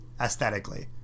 aesthetically